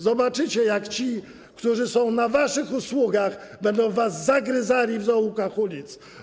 Zobaczycie, jak ci, którzy są na waszych usługach, będą was zagryzali w zaułkach ulic.